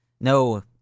no